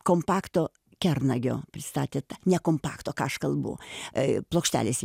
kompakto kernagio pristatėt ne kompakto ką aš kalbu e plokštelės